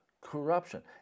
Corruption